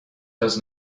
does